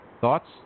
Thoughts